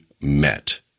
met